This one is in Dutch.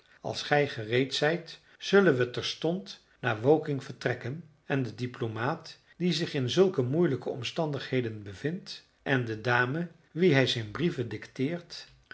als gij gereed zijt zullen we terstond naar woking vertrekken en den diplomaat die zich in zulke moeilijke omstandigheden bevindt en de dame wie hij zijn brieven dicteert